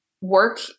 work